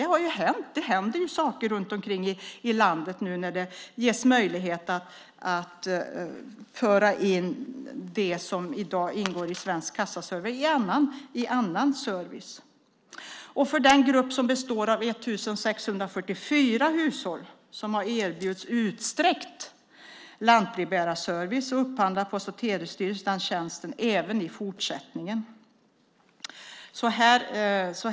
Det har ju hänt och det händer saker runt omkring i landet nu när det ges möjlighet att föra in det som i dag ingår i Svensk kassaservice i annan service. För den grupp som består av 1 644 hushåll som har erbjudits utsträckt lantbrevbärarservice upphandlar Post och telestyrelsen den tjänsten även i fortsättningen.